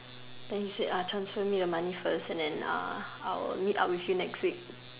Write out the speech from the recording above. then he said transfer me the money first and then I would meet up with you next week